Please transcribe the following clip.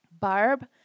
Barb